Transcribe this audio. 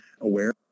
aware